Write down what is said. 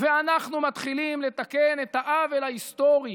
ואנחנו מתחילים לתקן את העוול ההיסטורי,